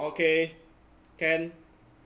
okay can